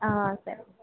సరే